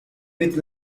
with